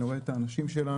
אני רואה את האנשים שלנו,